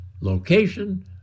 location